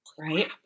Right